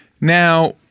Now